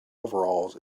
overalls